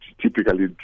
typically